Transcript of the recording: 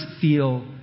feel